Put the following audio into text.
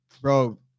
bro